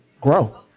grow